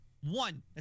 One